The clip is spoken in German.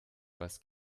was